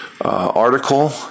article